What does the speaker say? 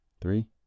Three